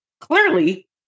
Clearly